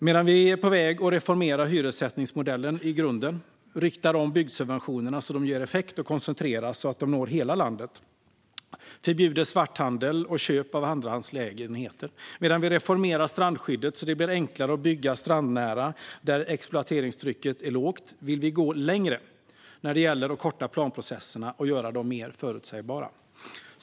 Medan man är på väg att reformera hyressättningsmodellen i grunden, rikta om byggsubventionerna så att de ger effekter och koncentreras för att nå hela landet, förbjuda svarthandel och köp av andrahandslägenheter samt reformera strandskyddet så att det blir enklare att bygga strandnära där exploateringstrycket är lågt vill vi gå längre när det gäller att korta planprocesserna och göra dem mer förutsägbara. Herr talman!